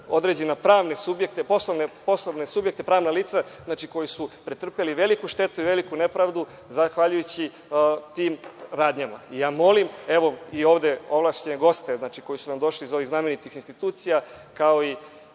određene pravne subjekte, poslovne subjekte, pravna lica koja su pretrpela veliku štetu i veliku nepravdu zahvaljujući tim radnjama. Molim ovlašćene goste koji su nam došli iz ovih znamenitih institucija, kao i